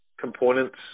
components